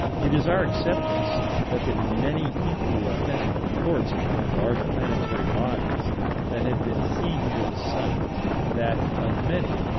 it is our acceptance that there were many equally authentic reports upon large planetary bodies that had been seen near the sun that, of many,